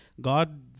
God